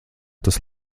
tas